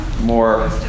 more